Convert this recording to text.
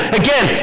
again